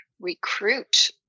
recruit